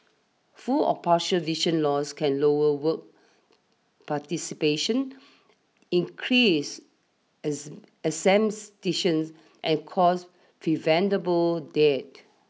full or partial vision loss can lower work participation increase absenteeism and cause preventable deaths